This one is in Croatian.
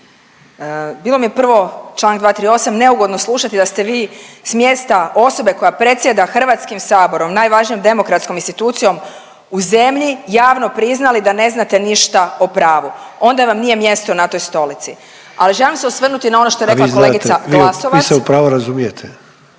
Bilo mi je prvo članak 238. neugodno slušati da ste vi s mjesta osobe koja predsjeda Hrvatskim saborom, najvažnijom demokratskom institucijom u zemlji javno priznali da ne znate ništa o pravu. Onda vam nije mjesto na toj stolici. Ali želim se osvrnuti ono što je rekla kolegica Glasovac